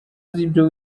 z’ibyo